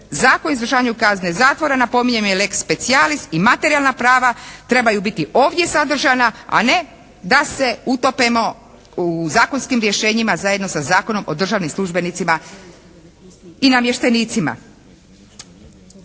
Zakon o izvršavanju kazne zatvora napominjem je leg specialis i materijalna prava trebaju biti ovdje sadržana a ne da se utopimo u zakonskim rješenjima zajedno sa Zakonom o državnim službenicima i namještenicima.